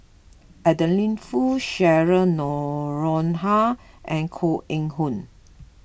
Adeline Foo Cheryl Noronha and Koh Eng Hoon